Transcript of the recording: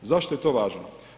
Zašto je to važno?